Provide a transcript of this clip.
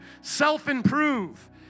self-improve